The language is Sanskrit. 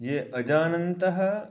ये अजानन्तः